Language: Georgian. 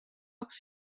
აქვს